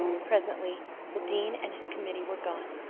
presently the dean and his committee were gone,